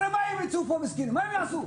הרי מה, הם יצאו מפה מסכנים, מה הם יעשו?